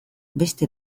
beste